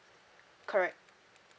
correct